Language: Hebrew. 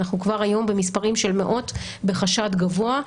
אנחנו כבר היום במספרים של מאות בחשד גבוה,